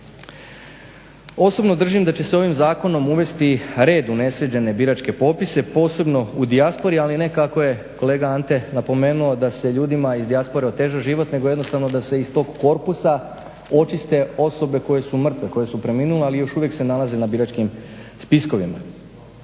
Osobno držim da će se ovim zakonom uvesti red u nesređene biračke popise, posebno u dijaspori, ali ne kako je kolega Ante napomenuo da se ljudima iz dijaspore oteža život nego jednostavno da se iz tog korpusa očiste osobe koje su mrtve, koje su preminule ali još uvijek se nalaze na biračkim spiskovima.